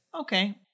okay